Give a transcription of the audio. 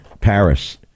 Paris